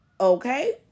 Okay